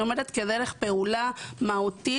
אני אומרת כדרך פעולה מהותית